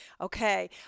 Okay